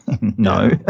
no